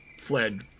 fled